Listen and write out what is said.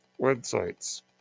websites